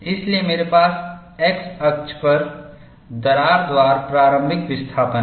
इसलिए मेरे पास x अक्ष पर दरार द्वार प्रारंभिक विस्थापन है